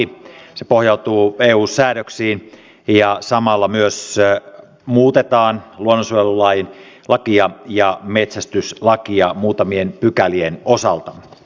se pohjautuu eu säädöksiin ja samalla myös muutetaan luonnonsuojelulakia ja metsästyslakia muutamien pykälien osalta